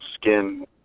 skin